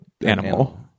animal